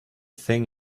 thing